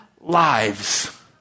lives